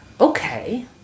Okay